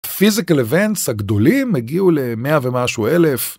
פיזיקל אבנטס הגדולים הגיעו למאה ומשהו אלף.